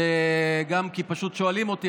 גם כי פשוט שואלים אותי,